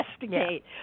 investigate